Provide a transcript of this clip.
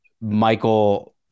Michael